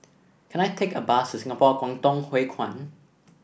can I take a bus to Singapore Kwangtung Hui Kuan